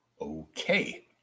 Okay